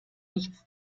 nichts